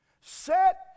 Set